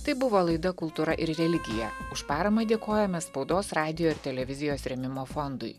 tai buvo laida kultūra ir religija už paramą dėkojame spaudos radijo ir televizijos rėmimo fondui